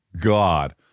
God